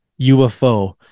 UFO